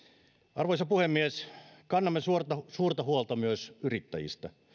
arvoisa puhemies kannamme suurta suurta huolta myös yrittäjistä